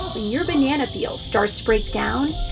when your banana peel starts to break down,